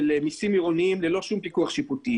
מיסים עירוניים ללא שום פיקוח שיפוטי.